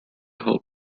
help